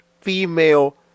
female